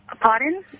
pardon